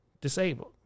disabled